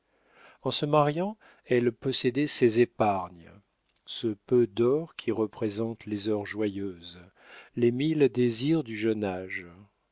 en se mariant elle possédait ses épargnes ce peu d'or qui représente les heures joyeuses les mille désirs du jeune